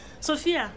Sophia